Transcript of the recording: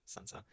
sansa